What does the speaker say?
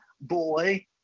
boy